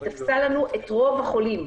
היא תפסה לנו את רוב החולים.